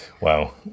Wow